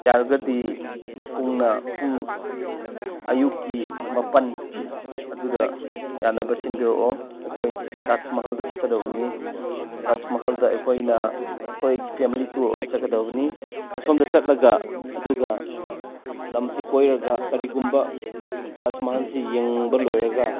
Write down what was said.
ꯌꯥꯔꯒꯗꯤ ꯄꯨꯡꯅ ꯄꯨꯡ ꯑꯌꯨꯛꯀꯤ ꯃꯥꯄꯟ ꯑꯗꯨꯗ ꯌꯥꯅꯕ ꯁꯤꯟꯕꯤꯔꯛꯑꯣ ꯑꯩꯈꯣꯏ ꯇꯥꯖꯃꯍꯜꯗ ꯆꯠꯀꯗꯕꯅꯤ ꯇꯥꯖꯃꯍꯜꯗ ꯑꯩꯈꯣꯏꯅ ꯑꯩꯈꯣꯏꯒꯤ ꯐꯦꯃꯤꯂꯤ ꯇꯨꯔ ꯑꯣꯏꯅ ꯆꯠꯀꯗꯕꯅꯤ ꯑꯁꯣꯝꯗ ꯆꯠꯂꯒ ꯑꯗꯨꯒ ꯂꯝꯁꯤ ꯀꯣꯏꯔꯒ ꯀꯔꯤꯒꯨꯝꯕ ꯇꯥꯖꯃꯍꯜꯁꯤ ꯌꯦꯡꯕ ꯂꯣꯏꯔꯒ